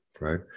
right